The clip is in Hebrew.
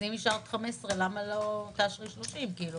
אם אישרת 15 שניות למה לא תאשרי 30 שניות?